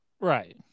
Right